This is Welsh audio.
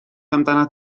amdanat